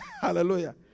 Hallelujah